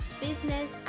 business